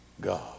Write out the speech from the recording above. God